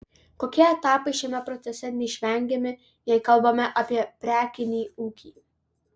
kokie etapai šiame procese neišvengiami jei kalbame apie prekinį ūkį